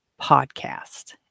podcast